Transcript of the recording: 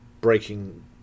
breaking